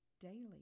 Daily